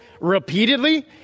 repeatedly